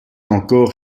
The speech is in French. encore